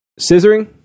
Scissoring